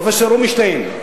פרופסור רובינשטיין.